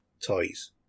toys